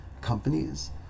companies